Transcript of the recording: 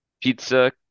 pizza